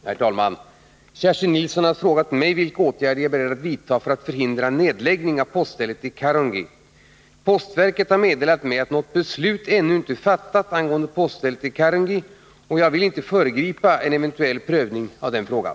Herr talman! Kerstin Nilsson har frågat mig vilka åtgärder jag är beredd att vidta för att förhindra en nedläggning av poststället i Karungi. Postverket har meddelat mig att något beslut ännu inte är fattat angående poststället i Karungi och jag vill inte föregripa en eventuell prövning av frågan.